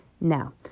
Now